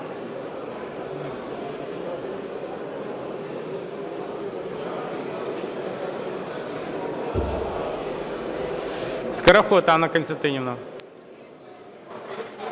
Скороход Анна Костянтинівна.